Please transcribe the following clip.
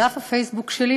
בדף הפייסבוק שלי,